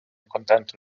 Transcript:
контенту